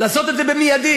לעשות את זה מייד,